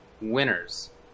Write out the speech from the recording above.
Winners